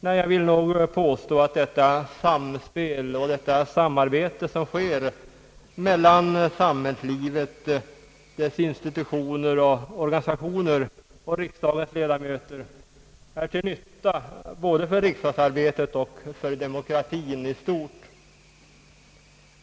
Nej, jag vill påstå att detta samspel och samarbete som sker mellan samhällslivet, dess institutioner och organisationer, och riksdagens ledamöter är till nytta både för riksdagsarbetet och för demokratien i stort.